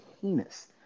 penis